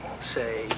say